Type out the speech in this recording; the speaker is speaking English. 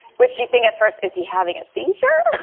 which she think at first is he having a seizure